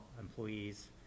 employees